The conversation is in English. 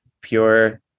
pure